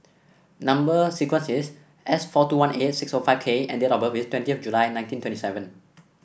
number sequence is S four two one eight six O five K and date of birth is twenty July nineteen twenty seven